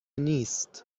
نیست